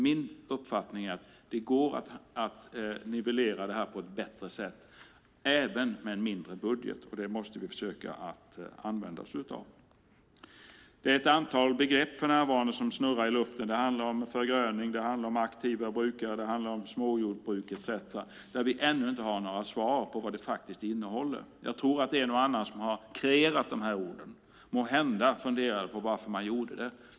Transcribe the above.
Min uppfattning är att det går att nivellera detta på ett bättre sätt, även med en mindre budget. Det måste vi försöka åstadkomma. Det är ett antal begrepp för närvarande som snurrar i luften. Det handlar om förgröning, om aktiva brukare, om småjordbruket etcetera där vi ännu inte ha några svar på vad de betyder. Jag tror att en och annan som har kreerat de här orden måhända funderar på varför man gjorde det.